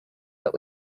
but